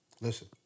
Listen